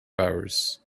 hours